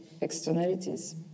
externalities